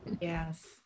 Yes